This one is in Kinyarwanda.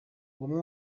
uwo